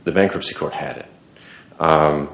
the bankruptcy court had